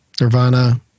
Nirvana